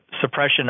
suppression